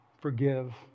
forgive